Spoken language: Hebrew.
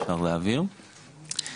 חייב להבהיר ואנחנו,